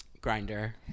Grinder